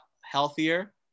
healthier